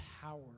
power